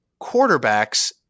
quarterbacks